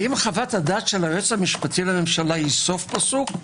האם חוות הדעת של היועץ המשפטי לממשלה היא סוף פסוק?